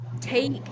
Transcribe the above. take